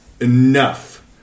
enough